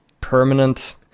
permanent